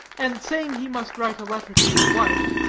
and saying he must write a letter to his wife,